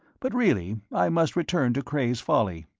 but really i must return to cray's folly.